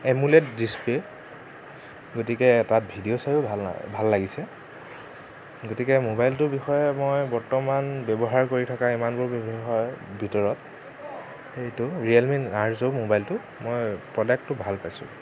এমোলেট display গতিকে তাত video চায়ো ভাল না ভাল লাগিছে গতিকে মোবাইলটোৰ বিষয়ে মই বৰ্তমান ব্যৱহাৰ কৰি থকা ইমানবোৰ ব্যৱহাৰ ভিতৰত সেইটো ৰিয়েল মি আৰ জ মোবাইলটো মই প্ৰডাক্টটো ভাল পাইছোঁ